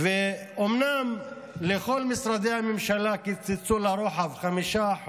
אומנם לכל משרדי הממשלה קיצצו לרוחב 5%,